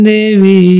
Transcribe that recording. Devi